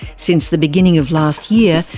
since the beginning of last year,